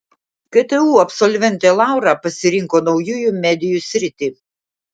ktu absolventė laura pasirinko naujųjų medijų sritį